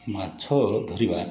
ମାଛ ଧରିବା